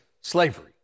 slavery